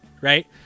right